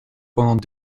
pendant